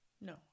No